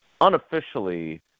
unofficially –